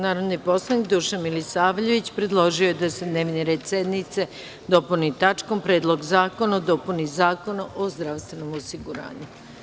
Narodni poslanik Dušan Milisavljević predložio je da se dnevni red sednice dopuni tačkom – Predlog zakona o dopuni Zakona o zdravstvenom osiguranju.